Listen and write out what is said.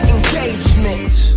Engagement